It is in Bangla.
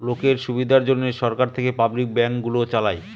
লোকের সুবিধার জন্যে সরকার থেকে পাবলিক ব্যাঙ্ক গুলো চালায়